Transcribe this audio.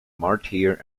martyr